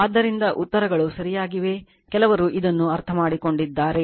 ಆದ್ದರಿಂದ ಉತ್ತರಗಳು ಸರಿಯಾಗಿವೆ ಕೆಲವರು ಇದನ್ನು ಅರ್ಥಮಾಡಿಕೊಂಡಿದ್ದಾರೆ